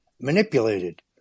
manipulated